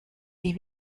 die